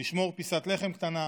לשמור פיסת לחם קטנה,